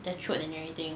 the throat and everything